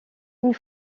une